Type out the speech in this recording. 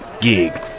gig